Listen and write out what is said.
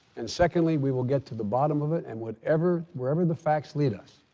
and secondly, we will get to the bottom of it, and whatever wherever the facts lead us,